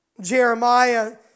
Jeremiah